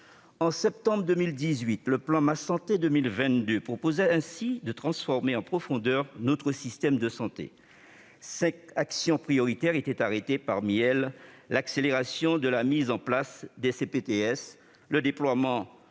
En septembre 2018, le plan Ma santé 2022 prévoyait ainsi de transformer en profondeur notre système de santé. Cinq actions prioritaires étaient définies, parmi lesquelles l'accélération de la mise en place des communautés